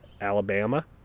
Alabama